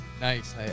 Nice